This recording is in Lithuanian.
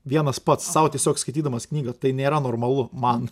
vienas pats sau tiesiog skaitydamas knygą tai nėra normalu man